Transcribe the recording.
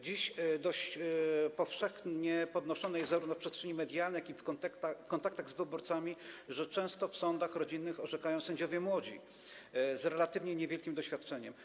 Dziś dość powszechnie podnoszone jest zarówno w przestrzeni medialnej, jak i w kontaktach z wyborcami to, że często w sądach rodzinnych orzekają sędziowie młodzi, z relatywnie niewielkim doświadczeniem.